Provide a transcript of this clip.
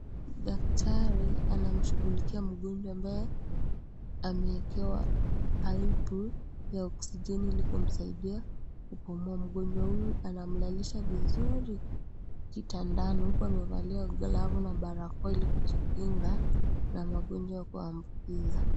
Daktari anamshughulikia mgonjwa ambaye ameekewa paipu ya oksijeni ili kumsaidia kupumua, mgonjwa huyu anamlalisha vizuri kitandani huku amevalia glavu na barakoa ili kujikinga na magonjwa kuambukiza.